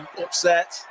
upset